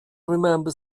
remember